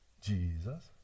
Jesus